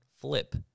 flip